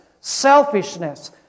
selfishness